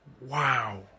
wow